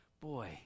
boy